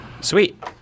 Sweet